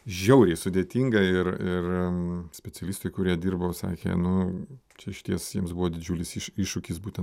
žiauriai sudėtinga ir ir specialistai kurie dirbo sakė nu išties jiems buvo didžiulis iššūkis būtent